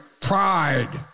pride